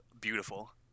beautiful